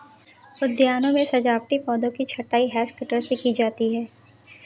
उद्यानों में सजावटी पौधों की छँटाई हैज कटर से की जाती है